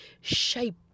shape